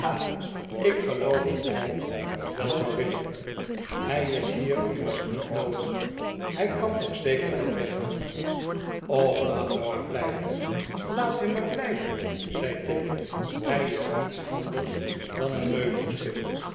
ik geloof dat hij dat wel zou willen hij is hier immers niet noodig hij kan toch zeker wel weggaan r och laat hem maar blijven laat hem maar blijven zei tigg t hij is niets anders dan een meubelstuk